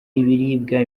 ibiribwa